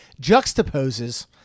juxtaposes